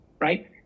right